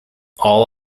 all